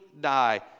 die